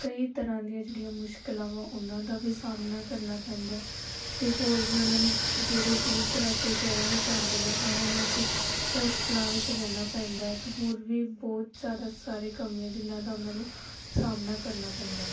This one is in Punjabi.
ਕਈ ਤਰ੍ਹਾਂ ਦੀਆਂ ਜਿਹੜੀਆਂ ਮੁਸ਼ਕਿਲਾਂ ਵਾ ਉਹਨਾਂ ਦਾ ਵੀ ਸਾਹਮਣਾ ਕਰਨਾ ਪੈਂਦਾ ਅਤੇ ਹੋਰ ਵੀ ਉਹਨਾਂ ਨੂੰ ਜਿਹੜੇ ਦੂਰ ਦਰਾਡੇ ਸ਼ਹਿਰਾਂ ਵਿੱਚ ਜਾਂਦੇ ਨੇ ਉਹਨਾਂ ਨੂੰ ਉੱਥੇ ਹੋਸਟਲਾਂ ਵਿੱਚ ਰਹਿਣਾ ਪੈਂਦਾ ਅਤੇ ਹੋਰ ਵੀ ਬਹੁਤ ਜ਼ਿਆਦਾ ਸਾਰੇ ਕਮੀਆਂ ਜਿਹਨਾਂ ਦਾ ਉਹਨਾਂ ਨੂੰ ਸਾਹਮਣਾ ਕਰਨਾ ਪੈਂਦਾ